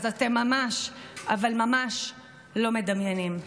אתם ממש אבל ממש לא מדמיינים.